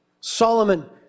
Solomon